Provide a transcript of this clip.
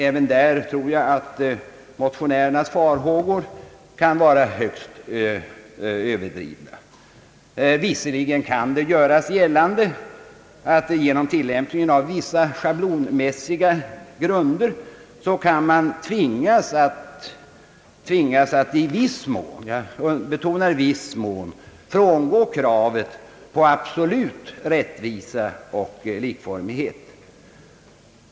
Jag tror att även de farhågorna är högst överdrivna. Visserligen kan det göras gällande att man genom tillämpningen av vissa schablonmässiga grunder tvingas att i viss mån — jag betonar i viss mån — frångå kravet på absolut rättvisa och likformighet.